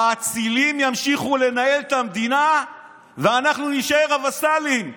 האצילים ימשיכו לנהל את המדינה ואנחנו נישאר הווסלים.